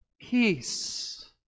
Peace